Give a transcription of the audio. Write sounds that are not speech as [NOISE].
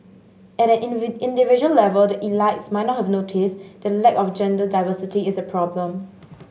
at an [UNINTELLIGIBLE] individual level the elites may not have notice that lack of gender diversity is a problem